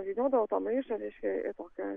vyniodavo tą maišą reiškia į tokią